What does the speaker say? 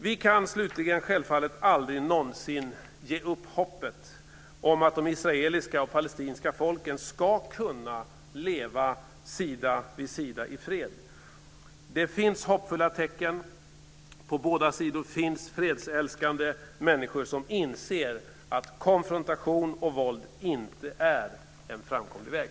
Vi kan slutligen självfallet aldrig någonsin ge upp hoppet om att de israeliska och de palestinska folken ska kunna leva sida vid sida i fred. Det finns hoppfulla tecken. På båda sidor finns fredsälskande människor som inser att konfrontation och våld inte är en framkomlig väg.